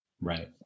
right